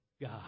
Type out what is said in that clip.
God